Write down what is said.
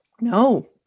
No